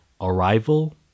Arrival